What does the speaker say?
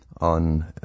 on